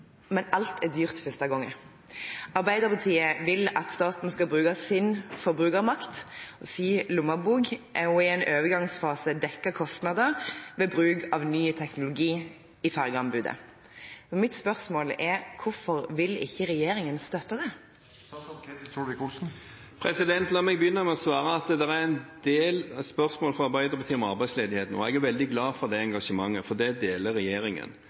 en overgangsfase dekke merkostnader ved bruk av ny teknologi i fergeanbudet. Hvorfor vil ikke regjeringen støtte dette?» La meg begynne med å svare at det er en del spørsmål fra Arbeiderpartiet om arbeidsledigheten, og jeg er veldig glad for det engasjementet, for det deler regjeringen.